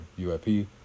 UIP